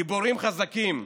הדיבורים חזקים,